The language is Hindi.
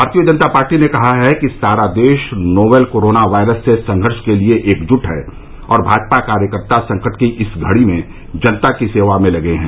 भारतीय जनता पार्टी ने कहा है कि सारा देश नोवल कोरोना वायरस से संघर्ष के लिए एकजुट है और भाजपा कार्यकर्ता संकट की इस घड़ी में जनता की सेवा में लगे हैं